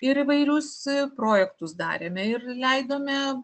ir įvairius projektus darėme ir leidome